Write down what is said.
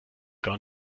gar